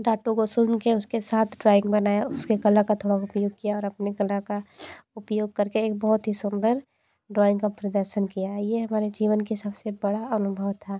ditto को सुनके उसके साथ ड्रॉइंग बनाया उसके कला का थोड़ा उपयोग किया और अपने कला का उपयोग करके एक बहुत ही सुंदर ड्रॉइंग का प्रर्दशन किया ये हमारे जीवन की सबसे बड़ा अनुभव था